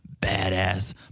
badass